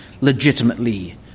legitimately